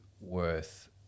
worth